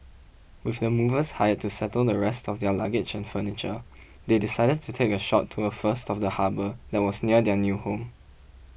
with the movers hired to settle the rest of their luggage and furniture they decided to take a short tour first of the harbour that was near their new home